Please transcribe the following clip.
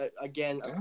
Again